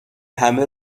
همه